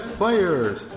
players